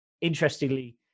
interestingly